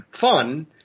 fun